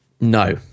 no